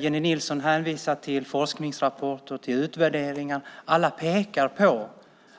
Jennie Nilsson hänvisar till forskningsrapporter och till utvärderingar, och alla pekar på